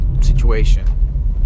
situation